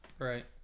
Right